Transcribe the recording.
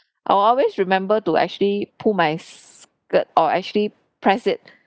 I will always remember to actually pull my skirt or actually press it